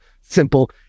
simple